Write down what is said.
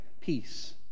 peace